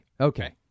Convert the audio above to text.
okay